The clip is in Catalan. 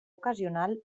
ocasional